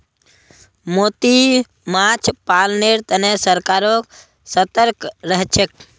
मोती माछ पालनेर तने सरकारो सतर्क रहछेक